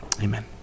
Amen